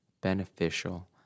beneficial